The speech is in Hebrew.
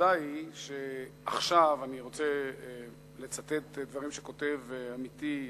אני רוצה לצטט דברים שכותב עמיתי,